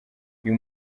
uyu